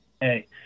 hey